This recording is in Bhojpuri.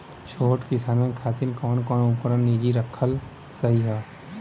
छोट किसानन खातिन कवन कवन उपकरण निजी रखल सही ह?